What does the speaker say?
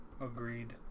Agreed